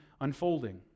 unfolding